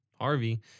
Harvey